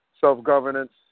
self-governance